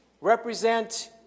represent